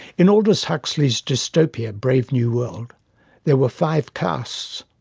in aldous huxley's dystopia brave new world there were five castes.